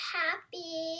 happy